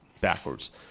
backwards